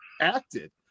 acted